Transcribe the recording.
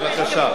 בבקשה.